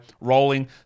rolling